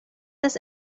does